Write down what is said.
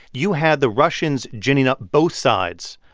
you had the russians ginning up both sides.